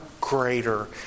greater